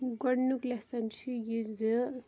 گۄڈٕنیُک لیسَن چھُ یہِ زِ